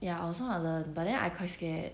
ya I also want to learn but then I quite scared